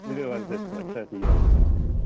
realize this for like thirty years or something.